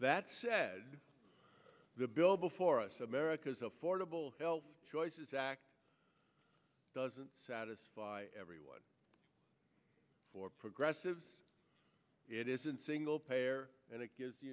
that said the bill before us america's affordable health choices act doesn't satisfy everyone for progressives it isn't single payer and it gives the